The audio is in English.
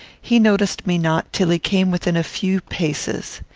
he noticed me not till he came within a few paces.